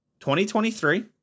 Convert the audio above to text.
2023